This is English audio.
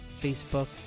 Facebook